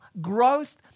Growth